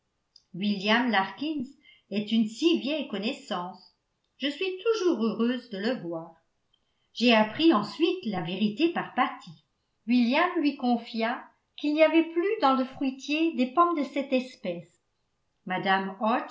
william larkins est une si vieille connaissance je suis toujours heureuse de le voir j'ai appris ensuite la vérité par patty william lui confia qu'il n'y avait plus dans le fruitier des pommes de cette espèce mme